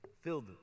filled